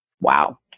Wow